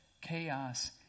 chaos